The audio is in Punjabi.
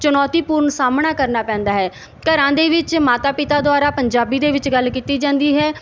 ਚੁਣੌਤੀਪੂਰਨ ਸਾਹਮਣਾ ਕਰਨਾ ਪੈਂਦਾ ਹੈ ਘਰਾਂ ਦੇ ਵਿੱਚ ਮਾਤਾ ਪਿਤਾ ਦੁਆਰਾ ਪੰਜਾਬੀ ਦੇ ਵਿੱਚ ਗੱਲ ਕੀਤੀ ਜਾਂਦੀ ਹੈ